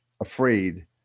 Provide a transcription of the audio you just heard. afraid